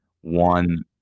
one